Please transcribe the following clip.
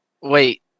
Wait